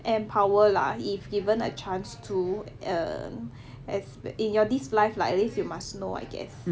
empower lah if given a chance to err as in your this life like at least you must know I guess